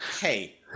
hey